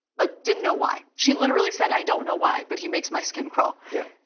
but didn't know why. she literally said, i don't know why, but he makes my skin crawl. yeah.